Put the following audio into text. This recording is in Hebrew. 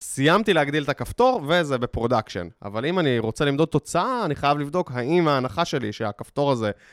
סיימתי להגדיל את הכפתור וזה בפרודקשן. אבל אם אני רוצה למדוד תוצאה, אני חייב לבדוק האם ההנחה שלי שהכפתור הזה...